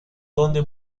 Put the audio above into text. dónde